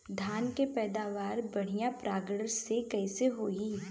धान की पैदावार बढ़िया परागण से कईसे होई?